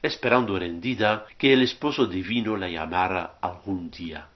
esperando rendida que el esposo divino la llamara algún día